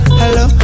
hello